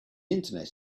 internet